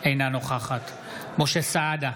אינה נוכחת משה סעדה,